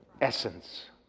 essence